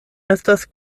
estas